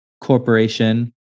corporation